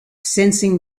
sensing